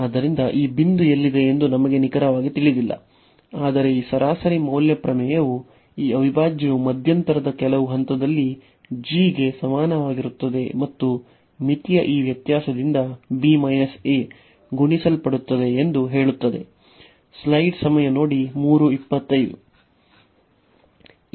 ಆದ್ದರಿಂದ ಈ ಬಿಂದು ಎಲ್ಲಿದೆ ಎಂದು ನಮಗೆ ನಿಖರವಾಗಿ ತಿಳಿದಿಲ್ಲ ಆದರೆ ಈ ಸರಾಸರಿ ಮೌಲ್ಯ ಪ್ರಮೇಯವು ಈ ಅವಿಭಾಜ್ಯವು ಮಧ್ಯಂತರದ ಕೆಲವು ಹಂತದಲ್ಲಿ g ಗೆ ಸಮನಾಗಿರುತ್ತದೆ ಮತ್ತು ಮಿತಿಯ ಈ ವ್ಯತ್ಯಾಸದಿಂದ ಗುಣಿಸಲ್ಪಡುತ್ತದೆ ಎಂದು ಹೇಳುತ್ತದೆ